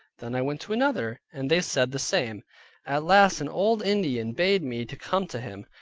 then i went to another, and they said the same at last an old indian bade me to come to him,